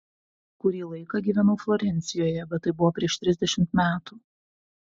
kurį laiką gyvenau florencijoje bet tai buvo prieš trisdešimt metų